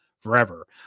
forever